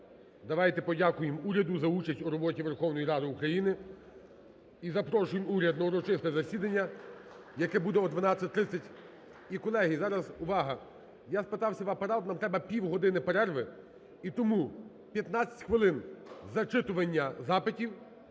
Давайте подякуємо уряду за участь у роботі Верховної Ради України. І запрошую уряд на урочисте засідання, яке буде о 12.30. І, колеги, зараз – увага! – я спитався в Апарату, нам треба півгодини перерви. І тому 15 хвилин – зачитування запитів,